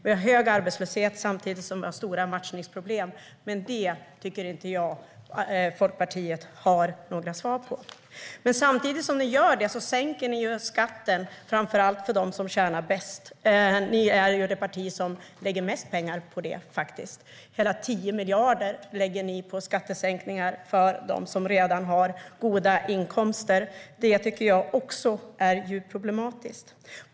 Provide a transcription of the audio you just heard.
Vi har hög arbetslöshet samtidigt som vi har stora matchningsproblem. Men det tycker jag inte att Liberalerna har några svar på. Samtidigt som ni gör det sänker ni skatten framför allt för dem som tjänar bäst. Ni är ju det parti som lägger mest pengar på det. Hela 10 miljarder lägger ni på skattesänkningar för dem som redan har goda inkomster. Det tycker jag också är djupt problematiskt.